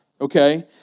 Okay